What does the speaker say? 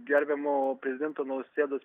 gerbiamo prezidento nausėdos